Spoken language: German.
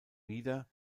wieder